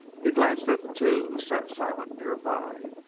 he glanced at the two who sat silent nearby,